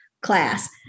class